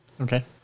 Okay